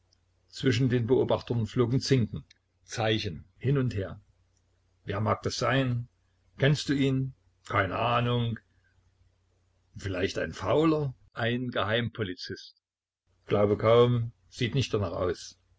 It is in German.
zwischen den beobachtern flogen zinken zeichen hin und her wer mag das sein kennst du ihn keine ahnung vielleicht ein fauler geheimpolizist glaube kaum sieht nicht danach aus